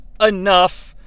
enough